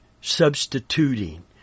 substituting